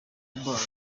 buried